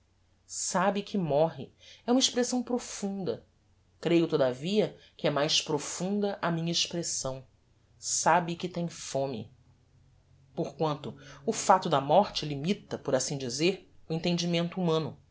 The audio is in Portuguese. sabe que morre é uma expressão profunda creio todavia que é mais profunda a minha expressão sabe que tem fome porquanto o facto da morte limita por assim dizer o entendimento humano